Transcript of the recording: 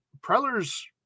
Preller's